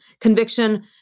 conviction